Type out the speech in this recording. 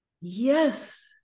Yes